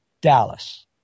Dallas